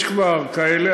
יש כבר כאלה,